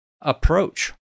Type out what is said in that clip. approach